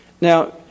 Now